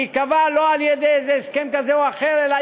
שייקבע לא על-ידי איזה הסכם כזה או אחר אלא